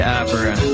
opera